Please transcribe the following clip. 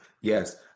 yes